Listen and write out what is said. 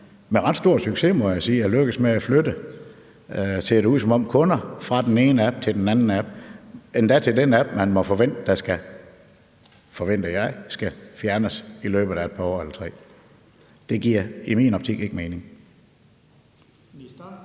med ret stor succes, må jeg sige, er lykkedes med at flytte, ser det ud som om, kunder fra den ene app til den anden app, endda til den app, man må forvente – det forventer jeg – skal fjernes i løbet af et par år eller tre. Det giver i min optik ikke mening.